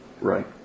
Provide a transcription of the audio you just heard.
Right